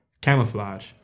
camouflage